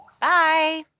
Bye